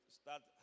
start